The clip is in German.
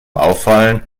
auffallen